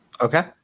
Okay